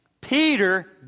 Peter